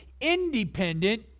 independent